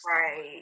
right